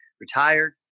retired